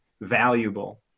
valuable